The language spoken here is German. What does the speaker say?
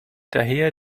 daher